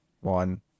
one